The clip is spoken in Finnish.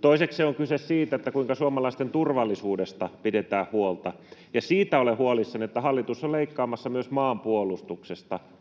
Toiseksi on kyse siitä, kuinka suomalaisten turvallisuudesta pidetään huolta, ja siitä olen huolissani, että hallitus on leikkaamassa myös maanpuolustuksesta